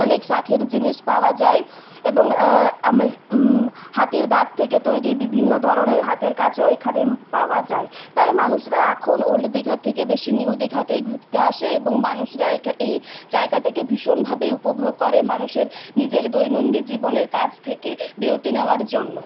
অনেক শাঁখের জিনিস পাওয়া যায় এবং হাতির দাঁত থেকে তৈরি বিভিন্ন ধরনের হাতের কাজও এখানে পাওয়া যায় তাই মানুষরা এখন ওল্ড দীঘার থেকে বেশি নিউ দীঘাতেই ঘুরতে আসে এবং মানুষরা এই জায়গাটাকে ভীষণ ভাবে উপভোগ করে মানুষের নিজের দৈনন্দিন জীবনের কাজ থেকে বিরতি নেওয়ার জন্য